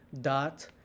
dot